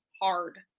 hard